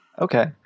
okay